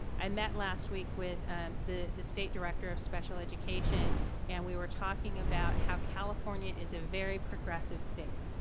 i met last week with the the state director of special education and we were talking about how california is a very progressive state.